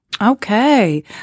Okay